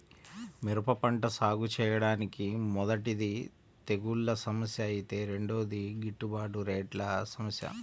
మిరప పంట సాగుచేయడానికి మొదటిది తెగుల్ల సమస్య ఐతే రెండోది గిట్టుబాటు రేట్ల సమస్య